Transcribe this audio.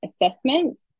assessments